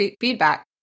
feedback